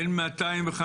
250,